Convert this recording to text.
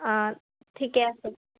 অঁ ঠিকে আছে